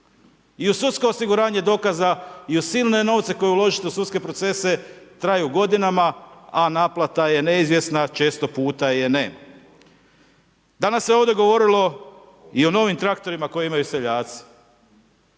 I uz sudsko osiguranje dokaza i uz silne novce koje uložite u sudske procese traju godinama, a naplata je neizvjesna, jer često puta je nema. Danas se je ovdje govorilo i o novim traktorima, koje imaju seljaci.